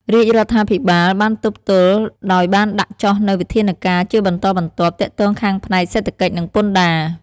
រាជរដ្ឋាភិបាល បានទប់ទល់ដោយបានដាក់ចុះនូវវិធានការណ៍ជាបន្តបន្ទាប់ ទាក់ទងខាងផ្នែក សេដ្ឋកិច្ច និងពន្ធដារ។